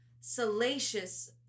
salacious